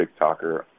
tiktoker